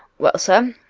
well, sir,